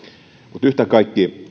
mutta yhtä kaikki